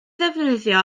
ddefnyddio